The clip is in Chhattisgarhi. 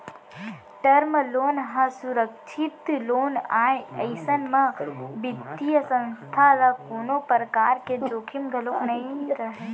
टर्म लोन ह सुरक्छित लोन आय अइसन म बित्तीय संस्था ल कोनो परकार के जोखिम घलोक नइ रहय